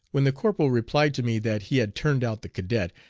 when the corporal replied to me that he had turned out the cadet,